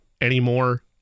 anymore